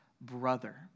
brother